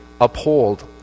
uphold